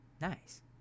Nice